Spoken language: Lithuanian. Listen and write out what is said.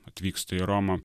atvyksta į romą